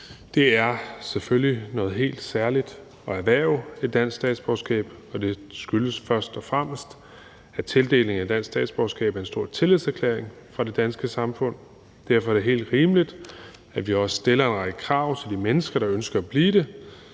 Det er selvfølgelig noget helt særligt at erhverve et dansk statsborgerskab, og det skyldes først og fremmest, at tildeling af dansk statsborgerskab er en stor tillidserklæring fra det danske samfund. Derfor er det helt rimeligt, at vi også stiller en række krav til de mennesker, der ønsker at få det.